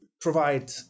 provide